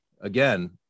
again